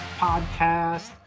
Podcast